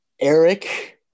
Eric